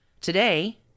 Today